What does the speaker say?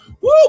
woo